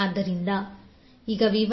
ಆದ್ದರಿಂದ ∆1j1